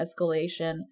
escalation